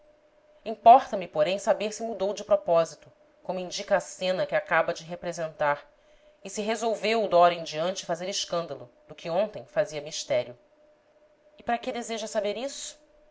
importa me porém saber se mudou de propósito como indica a cena que acaba de representar e se resolveu dora em diante fazer escândalo do que ontem fazia mistério e para que deseja saber isso